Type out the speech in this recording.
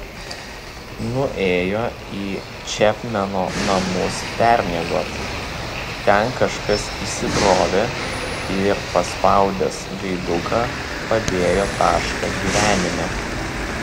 nuėjo į čepmeno namus permiegoti ten kažkas įsibrovė ir paspaudęs gaiduką padėjo tašką gyvenime